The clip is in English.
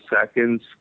seconds